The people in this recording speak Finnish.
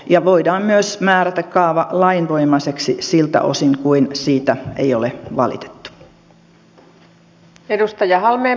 ja voidaan myös määrätä kaava lainvoimaiseksi siltä osin kuin siitä ei ole valitettu